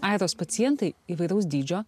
airos pacientai įvairaus dydžio